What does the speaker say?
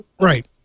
Right